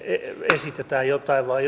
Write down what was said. esitetään jotain vaan